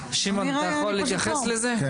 יכול להתייחס לזה?